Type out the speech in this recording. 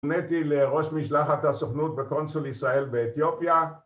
הופנתי לראש משלחת הסוכנות בקונסול ישראל באתיופיה